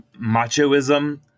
machoism